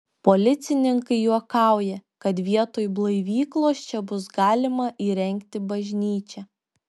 policininkai juokauja kad vietoj blaivyklos čia bus galima įrengti bažnyčią